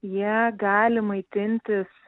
jie gali maitintis